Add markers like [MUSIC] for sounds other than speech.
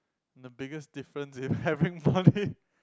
the biggest difference is [NOISE] having money